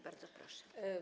Bardzo proszę.